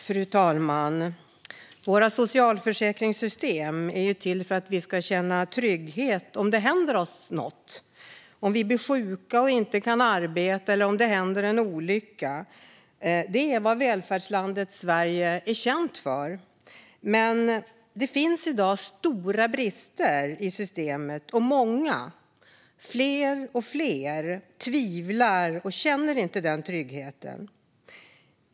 Fru talman! Våra socialförsäkringssystem är till för att vi ska känna trygghet om det händer oss något, om vi blir sjuka och inte kan arbeta eller om det händer en olycka. Det är vad välfärdslandet Sverige är känt för. Men det finns i dag stora brister i systemet, och många, fler och fler, tvivlar och känner inte den tryggheten.